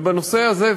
ובנושא הזה,